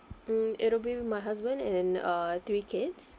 mm it'll be with my husband and uh three kids